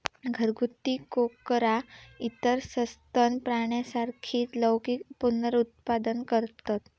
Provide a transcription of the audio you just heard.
घरगुती कोकरा इतर सस्तन प्राण्यांसारखीच लैंगिक पुनरुत्पादन करतत